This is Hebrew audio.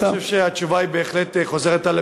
אני חושב שהתשובה בהחלט חוזרת על